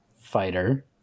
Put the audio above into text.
fighter